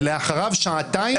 ולאחריו שעתיים של הצגה.